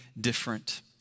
different